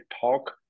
talk